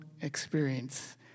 experience